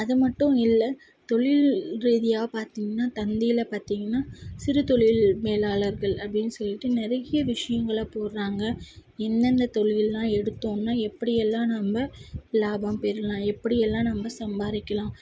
அது மட்டும் இல்லை தொழில் ரீதியாக பார்த்தீங்கன்னா தந்தியில் பார்த்தீங்கன்னா சிறு தொழில் மேலாளர்கள் அப்படின்னு சொல்லிவிட்டு நிறைய விஷயங்கள போடுறாங்க எந்தெந்த தொழில்லாம் எடுத்தோம்னா எப்படியெல்லாம் நம்ம லாபம் பெறலாம் எப்படியெல்லாம் நம்ம சம்பாதிக்கலாம்